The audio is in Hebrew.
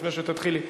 לפני שתתחילי,